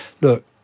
look